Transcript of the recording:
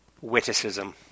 witticism